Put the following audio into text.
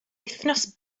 wythnos